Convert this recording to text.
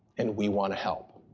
and we want to help.